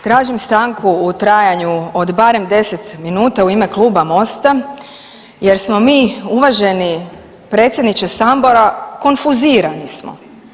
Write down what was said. Tražim stanku u trajanju od barem 10 minuta u ime kluba MOST-a jer smo mi uvaženi predsjedniče Sabora konfuzirani smo.